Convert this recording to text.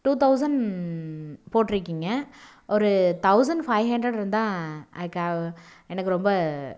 two thousand போட்டுருக்கிங்க ஒரு thousand five hundred இருந்தால் அதுக்கு எனக்கு ரொம்ப